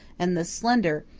and the slender,